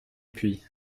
puis